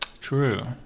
True